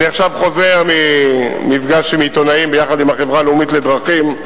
אני חוזר עכשיו ממפגש של עיתונאים עם החברה הלאומית לדרכים,